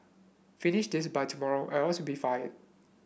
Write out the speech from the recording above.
finish this by tomorrow else you'll be fired